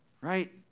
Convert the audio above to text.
right